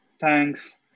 Thanks